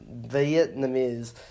Vietnamese